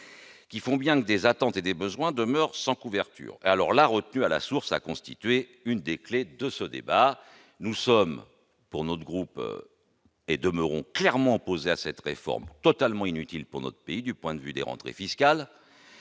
que bien des attentes et des besoins demeurent sans couverture. La retenue à la source a constitué une des clefs de ce débat. Notre groupe demeure clairement opposé à cette réforme totalement inutile à notre pays du point de vue des rentrées fiscales.